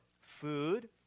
food